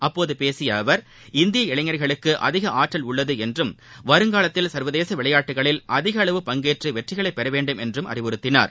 அப்போது பேசிய அவர் இந்திய இளைஞர்களுக்கு அதிக ஆற்றல் உள்ளது என்றும் வருங்காலத்தில் சர்வதேச விளையாட்டுகளில் அதிகளவு பங்கேற்று வெற்றிகளை பெற வேண்டும் என்றும் அறிவுறுத்தினார்